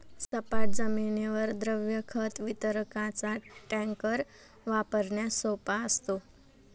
सपाट जमिनीवर द्रव खत वितरकाचा टँकर वापरण्यास सोपा असतो